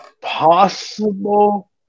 possible